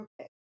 Okay